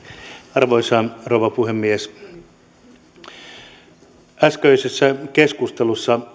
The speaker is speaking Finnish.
arvoisa rouva puhemies äskeisessä keskustelussa